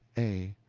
a.